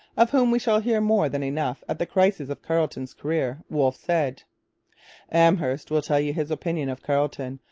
of whom we shall hear more than enough at the crisis of carleton's career wolfe said amherst will tell you his opinion of carleton,